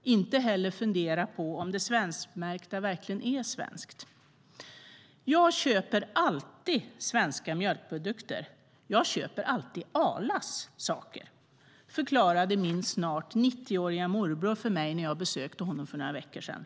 och inte heller fundera på om det svenskmärkta verkligen är svenskt. Jag köper alltid svenska mjölkprodukter, och jag köper alltid Arlas saker, förklarade min snart 90-åriga morbror för mig när jag besökte honom för några veckor sedan.